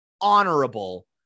honorable